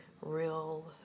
real